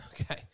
Okay